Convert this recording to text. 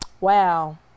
Wow